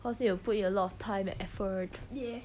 cause need to put in a lot of time and effort